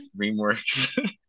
Dreamworks